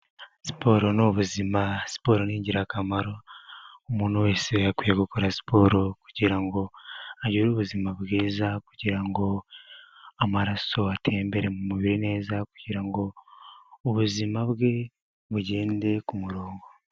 Siporo ni ubuzima siporo ningirakamaro, umuntu wese yakwiye gukora siporo kugira ngo agire ubuzima bwiza kugirango ngo amaraso atembere mu mubiri neza, kugira ngo ubuzima bwe bugende ku murongo.